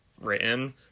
written